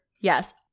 Yes